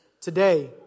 today